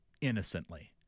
innocently